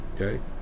Okay